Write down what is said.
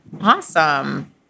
Awesome